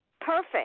Perfect